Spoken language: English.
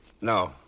No